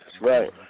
right